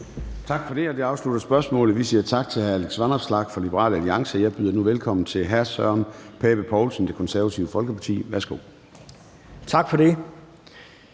Tak for det,